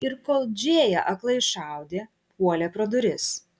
ir kol džėja aklai šaudė puolė pro duris